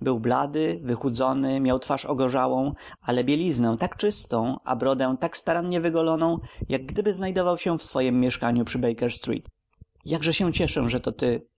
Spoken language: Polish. był blady wychudzony miał twarz ogorzałą ale bieliznę tak czystą a brodę tak starannie wygoloną jak gdyby znajdował się w swojem mieszkaniu przy baker street jakże się cieszę że to ty